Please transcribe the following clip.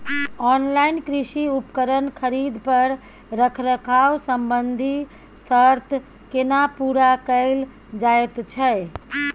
Online कृषि उपकरण खरीद पर रखरखाव संबंधी सर्त केना पूरा कैल जायत छै?